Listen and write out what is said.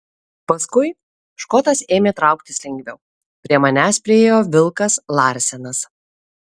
paskui škotas ėmė trauktis lengviau prie manęs priėjo vilkas larsenas